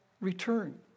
return